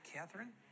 Catherine